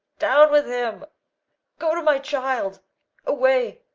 down with him go to my child away,